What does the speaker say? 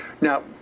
now